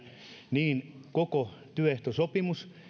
niin koko työehtosopimus